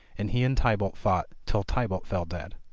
and he and tybalt fought, till tybalt fell dead.